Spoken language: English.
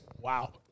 Wow